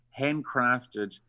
handcrafted